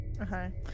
okay